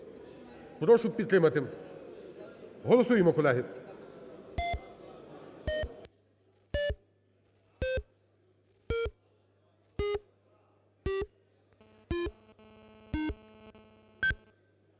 Прошу підтримати. Голосуємо, колеги.